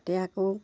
তাতে আকৌ